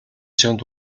чамд